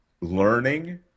learning